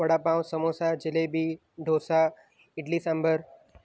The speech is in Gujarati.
વડા પાઉં સમોસાં જલેબી ઢોંસા ઇડલી સંભાર